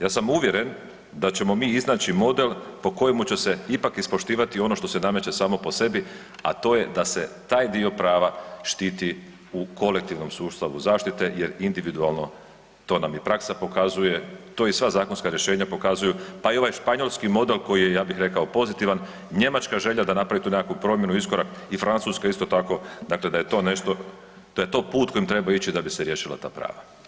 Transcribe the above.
Ja sam uvjeren da ćemo mi iznaći model po kojemu će se ipak ispoštivati ono što se nameće samo po sebi, a to je da se taj dio prava štiti u kolektivnom sustavu zaštite jer individualno, to nam i praksa pokazuje, to i sva zakonska rješenja pokazuju, pa i ovaj španjolski model koji je, ja bih rekao, pozitivan i njemačka želja da napravi tu nekakvu promjenu i iskorak i Francuska isto tako, dakle da je to nešto, da je to put kojim treba ići da bi se riješila ta prava.